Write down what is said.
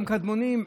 גם קדמונים,